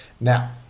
Now